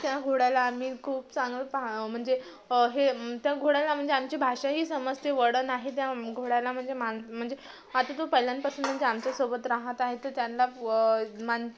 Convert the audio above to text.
त्या घोड्याला आम्ही खूप चांगलं पाह म्हणजे हे त्या घोड्याला म्हणजे आमची भाषाही समजते वळण आहे त्या घोड्याला म्हणजे मान म्हणजे आता तो पहिल्यांनपासून म्हणजे आमच्यासोबत राहात आहे तर त्यानला व मान